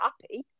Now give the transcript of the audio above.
happy